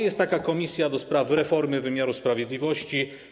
Jest taka komisja do spraw reformy wymiary sprawiedliwości.